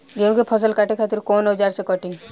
गेहूं के फसल काटे खातिर कोवन औजार से कटी?